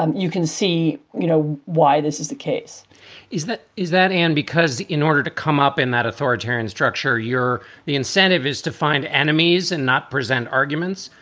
um you can see you know why this is the case is that is that and because in order to come up in that authoritarian structure, you're the incentive is to find enemies and not present arguments.